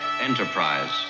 Enterprise